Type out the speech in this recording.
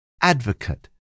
advocate